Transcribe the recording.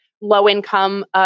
low-income